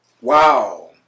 Wow